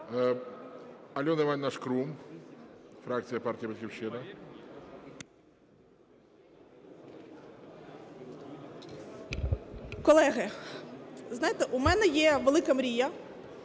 Колеги. Знаєте, у мене є велика мрія,